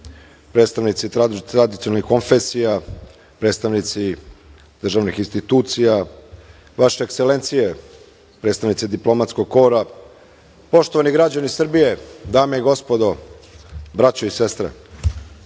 predstavnici tradicionalnih konfesija, predstavnici državnih institucija, vaše ekselencije, predstavnici diplomatskog kora, poštovani građani Srbije, dame i gospodo, braće i sestre,